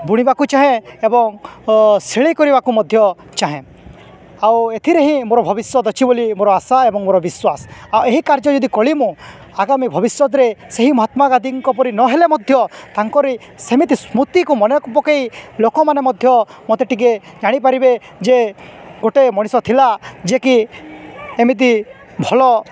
ବୁଣିବାକୁ ଚାହେଁ ଏବଂ ଶିଲେଇ କରିବାକୁ ମଧ୍ୟ ଚାହେଁ ଆଉ ଏଥିରେ ହିଁ ମୋର ଭବିଷ୍ୟତ ଅଛି ବୋଲି ମୋର ଆଶା ଏବଂ ମୋର ବିଶ୍ୱାସ ଆଉ ଏହି କାର୍ଯ୍ୟ ଯଦି କଲି ମୁଁ ଆଗାମୀ ଭବିଷ୍ୟତରେ ସେହି ମହାତ୍ମା ଗାନ୍ଧୀଙ୍କ ପରି ନହେଲେ ମଧ୍ୟ ତାଙ୍କରି ସେମିତି ସ୍ମୃତିକୁ ମନେ ପକାଇ ଲୋକମାନେ ମଧ୍ୟ ମୋତେ ଟିକେ ଜାଣିପାରିବେ ଯେ ଗୋଟେ ମଣିଷ ଥିଲା ଯେ କି ଏମିତି ଭଲ